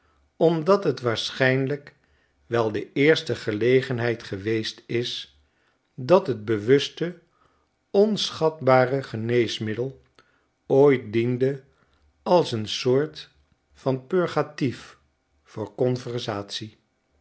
omdat het waarschijnlijk wel de eerste gelegenheid geweest is dat het bewuste onschatbare geneesmiddel ooit diende als een soort van purgatief voor